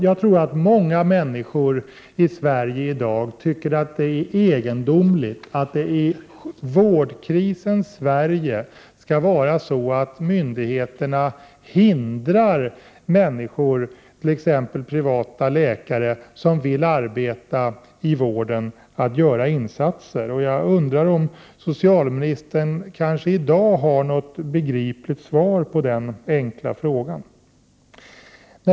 Jag tror att många människor i Sverige i dag tycker att det är egendomligt att myndigheterna i vårdkrisens Sverige hindrar människor, t.ex. privatläkare, som vill arbeta i vården att göra insatser. Jag undrar om socialministern i dag kanske har något begripligt svar på den enkla frågan.